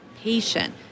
patient